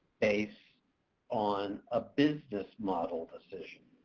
based on a business-model decision.